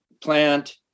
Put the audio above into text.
plant